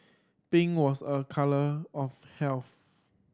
pink was a colour of health